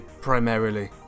primarily